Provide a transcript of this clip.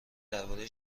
درباره